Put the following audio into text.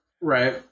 Right